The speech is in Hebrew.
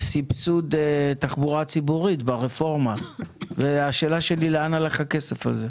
סבסוד תחבורה ציבורית ברפורמה והשאלה שלי לאן הלך הכסף הזה.